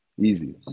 Easy